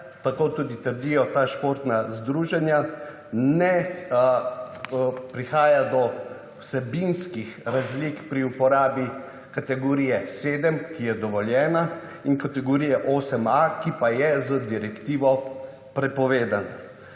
tako tudi trdijo ta športna združenja ne prihaja do vsebinskih razlik pri uporabi kategorije 7, ki je dovoljenja in kategorija 8a, ki pa je z direktivo prepovedano.